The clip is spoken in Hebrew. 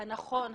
הנכון,